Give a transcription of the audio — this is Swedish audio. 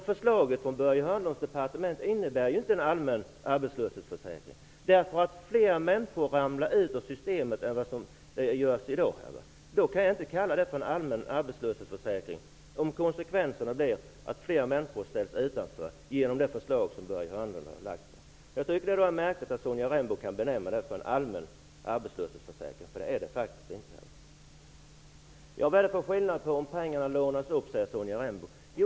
Förslaget från Börje Hörnlunds departement innebär inte en allmän arbetslöshetsförsäkring eftersom fler människor ramlar ut ur systemet än vad som sker i dag. Jag kan inte kalla det för en allmän arbetslöshetsförsäkring, om fler människor ställs utanför genom det förslag som Börje Hörnlund har lagt fram. Det är märkligt att Sonja Rembo kan benämna det en allmän arbetslöshetsförsäkring. Det är det faktiskt inte. Vad är det för skillnad om pengarna lånas upp, säger Sonja Rembo.